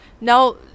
now